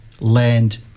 land